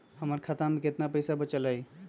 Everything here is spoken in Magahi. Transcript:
हमर खाता में केतना पैसा बचल हई?